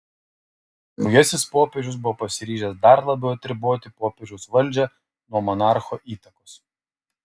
naujasis popiežius buvo pasiryžęs dar labiau atriboti popiežiaus valdžią nuo monarcho įtakos